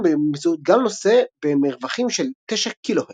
באמצעות גל נושא במרווחים של 9KHz.